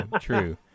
true